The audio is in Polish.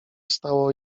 stało